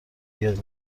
بیاد